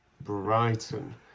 brighton